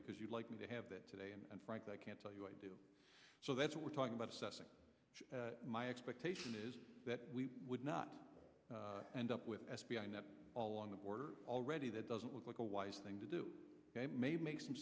because you'd like me to have that today and frankly i can't tell you i do so that's what we're talking about assessing my expectation is that we would not end up with espionage along the border already that doesn't look like a wise thing to do maybe make some